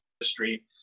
industry